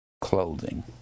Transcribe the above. clothing